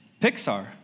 Pixar